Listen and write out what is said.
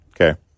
Okay